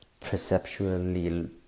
perceptually